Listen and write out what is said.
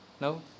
No